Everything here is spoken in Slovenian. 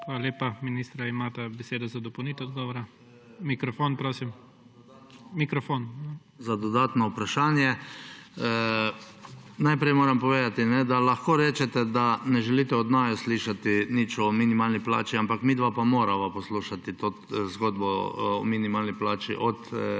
Hvala lepa. Ministra, imata besedo za dopolnitev odgovora. ZDRAVKO POČIVALŠEK: Hvala za dodatno vprašanje. Najprej moram povedati, da lahko rečete, da ne želite od naju slišati nič o minimalni plači, ampak midva pa morava poslušati to zgodbo o minimalni plači od lastnikov.